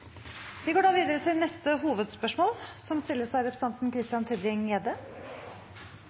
Vi går videre til neste hovedspørsmål.